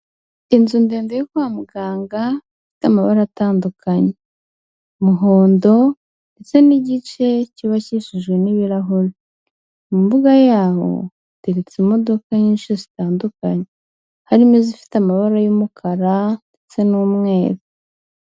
Inzu ndende yo kwa muganga, ifite amabara atandukanye. Umuhondo, ndetse n'igice cyubakishijwe n'ibirahuri. Mu mbuga yaho, hateretse imodoka nyinshi zitandukanye. Harimo izifite amabara y'umukara ndetse n'umweru.